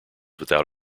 without